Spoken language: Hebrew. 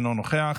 אינו נוכח,